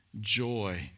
joy